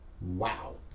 Wow